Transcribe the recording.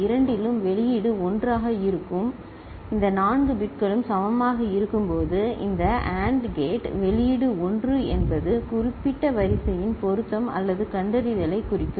இரண்டிலும் வெளியீடு 1 ஆக இருக்கும் இந்த 4 பிட்களும் சமமாக இருக்கும்போது இந்த AND கேட் வெளியீடு 1 என்பது குறிப்பிட்ட வரிசையின் பொருத்தம் அல்லது கண்டறிதலைக் குறிக்கும்